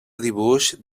dibuix